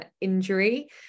injury